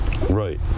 Right